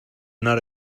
not